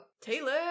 Taylor